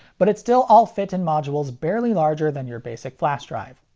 but it still all fit in modules barely larger than your basic flash drive.